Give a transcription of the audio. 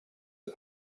you